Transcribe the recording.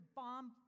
bomb